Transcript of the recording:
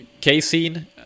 casein